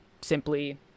simply